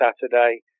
Saturday